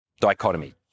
dichotomy